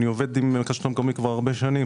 אני עובד עם מרכז שלטון מקומי הרבה שנים,